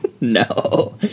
no